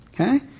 Okay